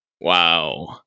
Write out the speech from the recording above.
Wow